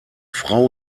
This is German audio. frau